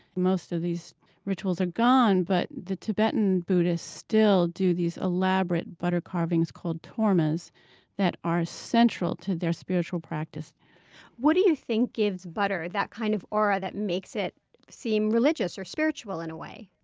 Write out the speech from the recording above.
most of these rituals are gone, but the tibetan buddhists still do these elaborate butter carvings called tormas that are central to their spiritual practice what do you think gives butter that kind of aura that makes it seem religious or spiritual? and